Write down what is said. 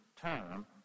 term